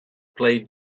play